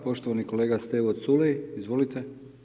Poštovani kolega Stevo Culej, izvolite.